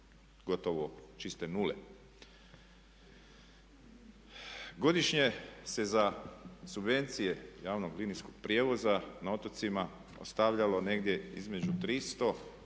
gotovo čiste nule. Godišnje se za subvencije javnog linijskog prijevoza na otocima ostavljalo negdje između 300